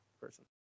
person